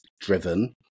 driven